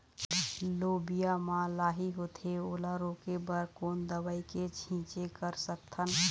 लोबिया मा लाही होथे ओला रोके बर कोन दवई के छीचें कर सकथन?